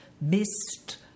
missed